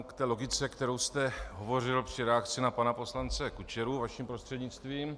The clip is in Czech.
K té logice, kterou jste říkal při reakci na pana poslance Kučeru, vaším prostřednictvím .